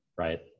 Right